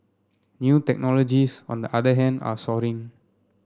new technologies on the other hand are soaring